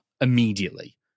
immediately